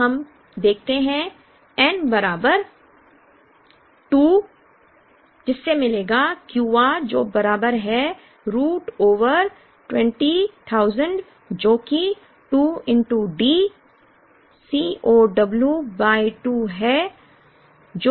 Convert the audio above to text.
अब हम देखते हैं n बराबर 2 जिससे मिलेगा Q r जो बराबर है रूट ओवर 20000 जो की 2 D C 0 w बाय 2 है